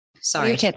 sorry